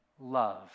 love